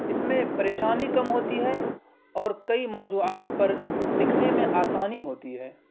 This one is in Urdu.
اس میں پریشانی کم ہوتی ہے اور کئی موضوعات پر لکھنے میں آسانی ہوتی ہے